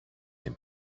την